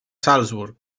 salzburg